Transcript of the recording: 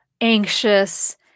anxious